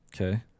Okay